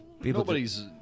Nobody's